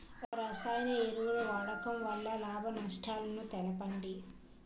రసాయన ఎరువుల వాడకం వల్ల లాభ నష్టాలను తెలపండి?